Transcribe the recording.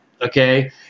okay